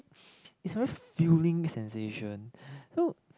is very filling sensation so